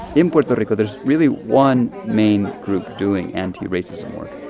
in puerto rico, there's really one main group doing anti-racism work.